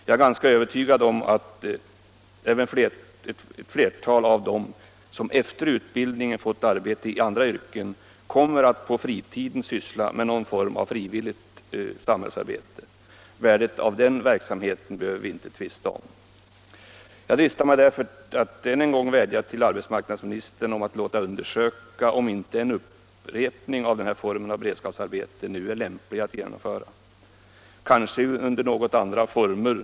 Jag är också övertygad om att ett flertal av dem, som efter utbildningen fått arbete i andra yrken, i framtiden kommer att syssla med någon form av frivilligt samhällsarbete, och värdet av den verksamheten behöver vi här inte tvista om. Jag dristar mig nu att än en gång vädja till arbetsmarknadsministern om att han låter undersöka huruvida det inte är lämpligt att nu åter igångsätta sådant beredskapsarbete som vi här talar om, möjligen under något andra former.